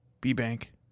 B-bank